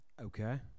Okay